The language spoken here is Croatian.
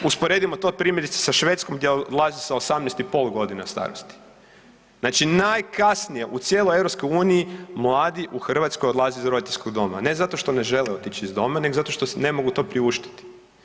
Usporedimo to primjerice sa Švedskom gdje odlaze sa 18,5 godina starosti, znači najkasnije u cijeloj EU mladi u Hrvatskoj odlaze iz roditeljskog doma, ne zato što ne žele otići iz doma nego zato što si to ne mogu priuštiti.